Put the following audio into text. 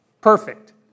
perfect